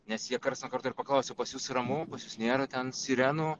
nes jie karts nuo karto ir paklausia pas jus pas jus nėra ten sirenų